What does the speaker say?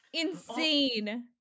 Insane